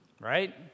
right